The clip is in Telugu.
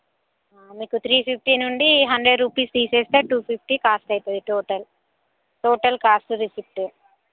మీకు త్రీ ఫిఫ్టీ నుండి హండ్రెడ్ రూపీస్ తీస్తే టూ ఫిఫ్టీ కాస్ట్ అవుతుంది టోటల్ టోటల్ కాస్ట్ రిసీట్